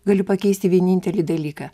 galiu pakeisti vienintelį dalyką